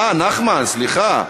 אה, נחמן, סליחה.